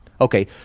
Okay